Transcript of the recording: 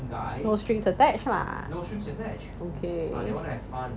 no strings attached lah okay